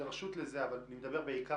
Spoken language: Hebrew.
נדרשים לזה, כי